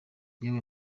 yewe